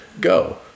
go